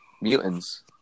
mutants